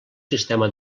sistema